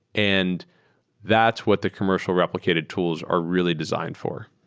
and that's what the commercial replicated tools are really designed for.